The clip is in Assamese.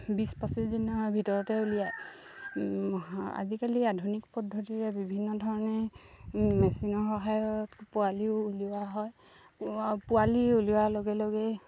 বিছ পঁচিছ দিনৰ ভিতৰতে উলিয়ায় আজিকালি আধুনিক পদ্ধতিৰে বিভিন্ন ধৰণে মেচিনৰ সহায়ত পোৱালিও উলিওৱা হয় পোৱালি উলিওৱাৰ লগে লগেই